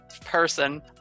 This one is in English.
person